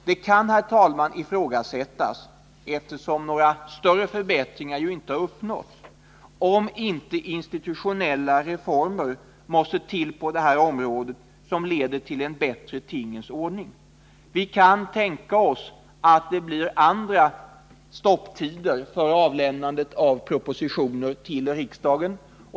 Det kan ifrågasättas, eftersom några större förbättringar inte har uppnåtts, om inte institutionella reformer måste till på detta område, som leder till en bättre tingens ordning. Vi kan tänka oss andra stopptider för avlämnande av propositioner till riksdagen.